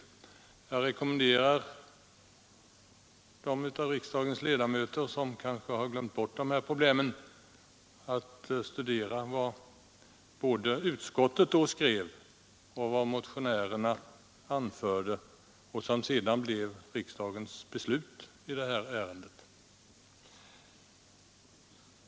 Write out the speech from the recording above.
Jag rekommenderar dem av riksdagens ledamöter som kanske har glömt bort dessa problem att studera både vad motionärerna anförde och vad utskottet då skrev, vilket sedan blev riksdagens beslut i ärendet.